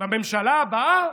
בממשלה הבאה,